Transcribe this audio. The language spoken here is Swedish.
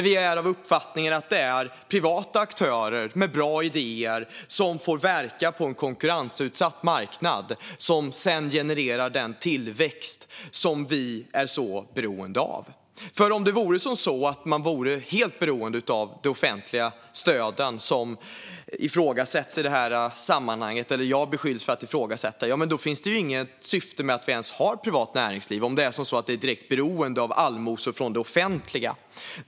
Vi är av den uppfattningen att det är privata aktörer med bra idéer som får verka på en konkurrensutsatt marknad som sedan genererar den tillväxt som vi är så beroende av. För om det vore så att man är helt beroende av de offentliga stöd som jag beskylls för att ifrågasätta, då finns det inget syfte med att vi ens har ett privat näringsliv, om det är så att det är direkt beroende av allmosor av det offentliga.